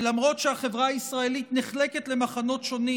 ולמרות שהחברה הישראלית נחלקת למחנות שונים